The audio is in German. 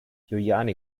juliane